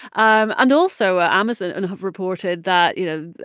um and also ah amazon and have reported that, you know,